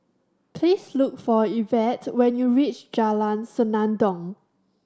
please look for Yvette when you reach Jalan Senandong